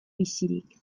bizirik